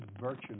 virtue